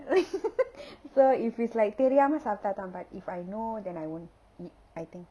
so if it's like தெரியாம சாப்பிட்டா தான்:theriyaama saapittaa thaan if I know then I won't eat I think